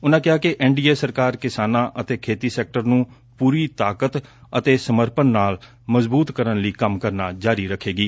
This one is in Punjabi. ਉਨੂਾ ਕਿਹਾ ਕਿ ਐਨ ਡੀ ਏ ਸਰਕਾਰ ਕਿਸਾਨਾਂ ਅਤੇ ਖੇਤੀ ਸੈਕਟਰ ਨੂੰ ਪੁਰੀ ਤਾਕਤ ਅਤੇ ਸਮਰਪਣ ਨਾਲ ਮਜ਼ਬੁਤ ਕਰਨ ਲਈ ਕੰਮ ਕਰਨਾ ਜਾਰੀ ਰੱਖੇਗੀ